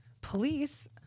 Police